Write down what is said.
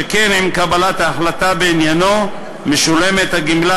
שכן עם קבלת ההחלטה בעניינו משולמת הגמלה